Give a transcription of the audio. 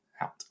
out